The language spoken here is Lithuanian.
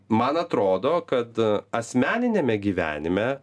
man atrodo kad asmeniniame gyvenime